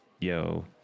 Yo